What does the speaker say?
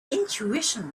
intuition